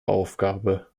aufgabe